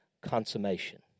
consummation